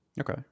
Okay